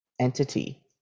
entity